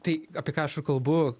tai apie ką aš ir kalbu